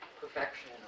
perfection